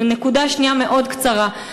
נקודה שנייה, מאוד קצרה.